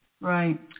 Right